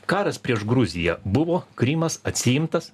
karas prieš gruziją buvo krymas atsiimtas